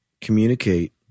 Communicate